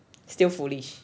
still foolish